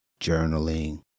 journaling